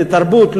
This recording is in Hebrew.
לתרבות,